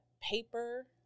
paper